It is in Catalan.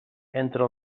entre